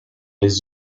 les